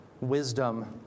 wisdom